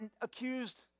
accused